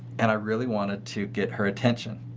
and i really wanted to get her attention.